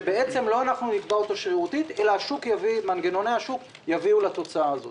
שבעצם לא אנחנו נקבע אותו שרירותית אלא מנגנוני השוק יביאו לתוצאה הזאת,